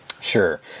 Sure